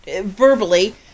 verbally